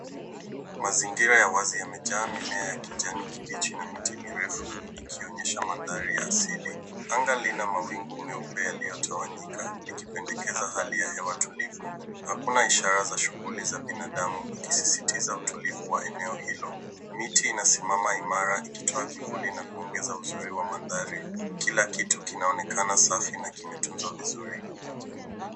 Mazingira ya wazi yamejaa mimea ya kijani kibichi na miti mirefu yakionyesha mandhari ya asili. Anga lina mawingu meupe yaliyotawanyika yakipendekeza hali ya hewa tulivu. Hakuna ishara za shughuli za binadamu ikisisitiza utulivu wa eneo hilo. Miti inasimama imara ikitoa kivuli na kuongeza uzuri wa mandhari. Kila kitu kinaonekana safi na kimetunzwa vizuri.